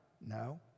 No